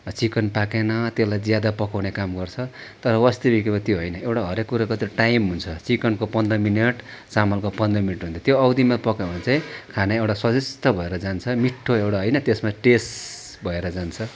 chicken पाकेन त्यसलाई ज्यादा पकाउने काम गर्छ तर वास्तविक अब त्यो होइन एउटा हरेक कुरोको त्यो टाइम हुन्छ चिकनको पन्ध्र मिनट चामलको पन्ध्र मिनट हुन्छ त्यो अवधिमा पकायो भने चाहिँ खान एउटा स्वादिष्ट भएर जान्छ मिठो एउटा होइन त्यसमा टेस्ट भएर जान्छ